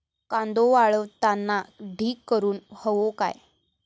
कांदो वाळवताना ढीग करून हवो काय?